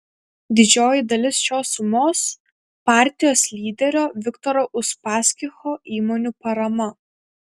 didžioji dalis šios sumos partijos lyderio viktoro uspaskicho įmonių parama